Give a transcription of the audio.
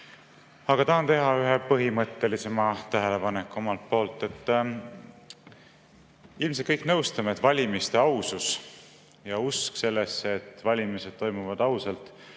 Aga tahan teha ühe põhimõttelisema tähelepaneku omalt poolt. Ilmselt me kõik nõustume, et valimiste ausus ja usk sellesse, et valimised toimuvad ausalt,